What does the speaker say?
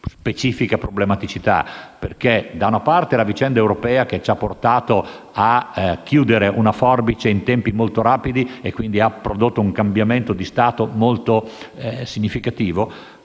specifica problematicità. Da una parte, la vicenda europea ci ha portato a chiudere una forbice in tempi molto rapidi producendo un cambiamento di stato molto significativo;